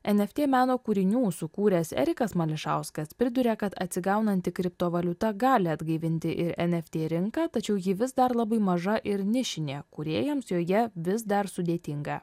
eft meno kūrinių sukūręs erikas mališauskas priduria kad atsigaunanti kriptovaliuta gali atgaivinti ir eft rinką tačiau ji vis dar labai maža ir nišinė kūrėjams joje vis dar sudėtinga